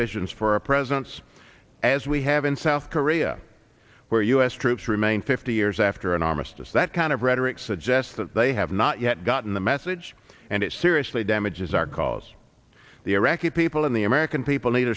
visions for presidents as we have in south korea where u s troops remain fifty years after an armistice that kind of rhetoric suggests that they have not yet gotten the message and it seriously damages our cause the iraqi people in the american people need